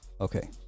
Okay